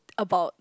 about